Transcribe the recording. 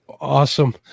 Awesome